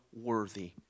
worthy